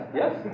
yes